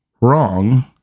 wrong